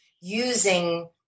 using